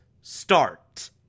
Start